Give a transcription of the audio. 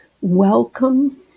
welcome